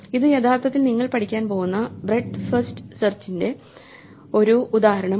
ഇത് യഥാർത്ഥത്തിൽ നിങ്ങൾ പഠിക്കാൻ പോകുന്ന ബ്രെഡ്ത് ഫസ്റ്റ് സെർച്ചിന്റെ ഒരു ഉദാഹരണമാണ്